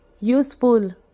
Useful